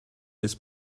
this